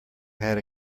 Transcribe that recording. held